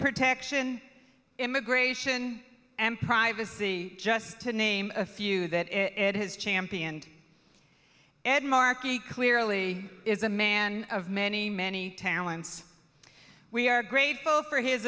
protection immigration and privacy just to name a few that it has championed ed markey clearly is a man of many many talents we are grateful for his